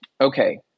okay